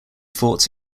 forts